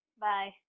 Bye